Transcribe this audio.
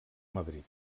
madrid